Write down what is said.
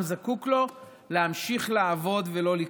זקוק לו כדי להמשיך לעבוד ולא לקרוס.